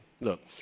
Look